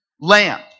lamp